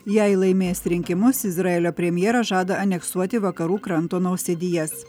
jei laimės rinkimus izraelio premjeras žada aneksuoti vakarų kranto nausėdijas